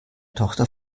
tochter